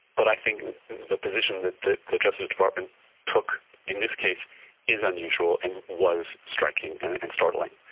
but i think the position that the the justice department took in this case is unusual and was striking and startling,